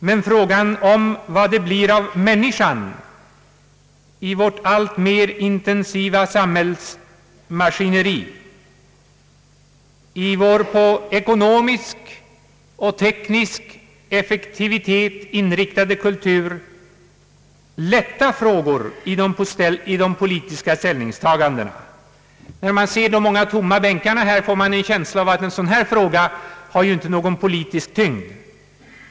Hör frågan om vad det blir av människan i vårt alltmer intensiva samhällsmaskineri, i vår på ekonomisk och teknisk effektivitet inrättade kultur, till de lätta frågorna vid de politiska ställningstagandena? När man ser de många tomma bänkarna här, får man en känsla av att en fråga som den vi nu behandlar saknar politisk tyngd.